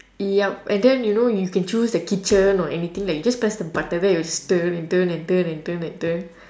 yup and then you know you can choose the kitchen or anything like you just press the button then you'll straightaway turn and turn and turn and turn